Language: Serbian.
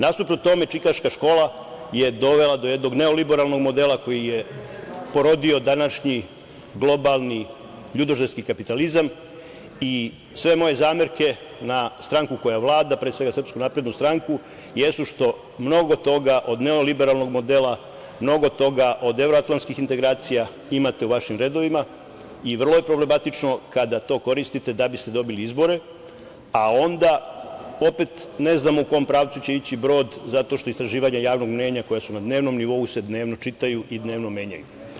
Nasuprot tome Čikaška škola je dovela do jednog neoliberalnog modela koji je porodio današnji globalni ljudožderski kapitalizam i sve moje zamerke na stranku koja vlada, pre svega SNS, jesu što mnogo toga od neoliberalnog modela, mnogo toga od evroatlanskih integracija imate u vašim redovima i vrlo je problematično kada to koristite da biste dobili izbore, a onda opet ne znam u kom pravcu će ići brod zato što istraživanja javnog mnjenja koja su na dnevnom nivou se dnevno čitaju i dnevno menjaju.